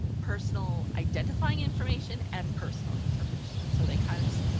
personal identifying information and personal information, so they kind of,